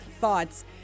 thoughts